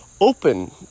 open